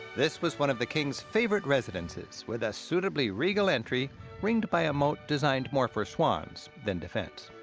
this was one of the king's favorite residences, with a suitably regal entry ringed by a moat designed more for swans than defense.